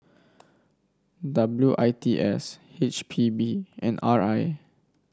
W I T S H P B and R I